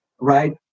right